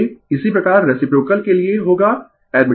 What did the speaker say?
इसी प्रकार रेसिप्रोकल के लिए होगा एडमिटेंस